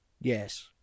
yes